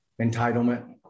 entitlement